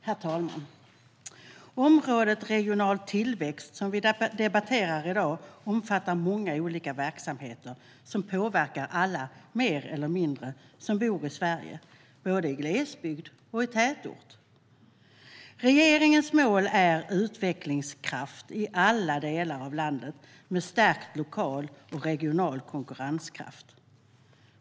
Herr talman! Området Regional tillväxt, som vi debatterar i dag, omfattar många olika verksamheter som mer eller mindre påverkar alla som bor i Sverige, både i glesbygd och i tätort. Regeringens mål är utvecklingskraft i alla delar av landet med stärkt lokal och regional konkurrenskraft.